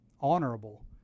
honorable